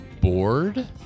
bored